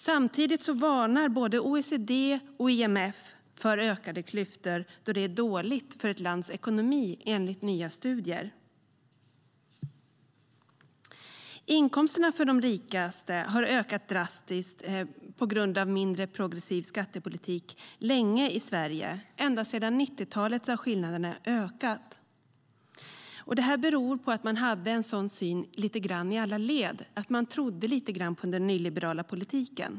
Samtidigt varnar både OECD och IMF för ökade klyftor då det enligt nya studier är dåligt för ett lands ekonomi. Inkomsterna för de rikaste har länge ökat drastiskt i Sverige på grund av en mindre progressiv skattepolitik. Ända sedan 90-talet har skillnaderna ökat. Det här beror på att man hade en sådan syn i alla led. Man trodde lite grann på den nyliberala politiken.